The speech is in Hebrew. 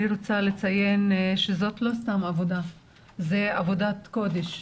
אני רוצה לציין שזאת לא סתם עבודה אלא זאת עבודת קודש.